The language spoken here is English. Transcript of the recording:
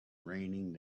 raining